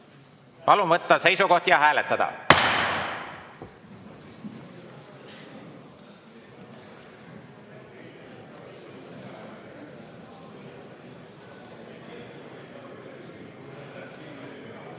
Palun võtta seisukoht ja hääletada!